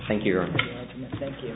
thank you thank you